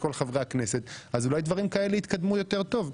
כל חברי הכנסת אז אולי דברים כאלה יתקדמו יותר טוב.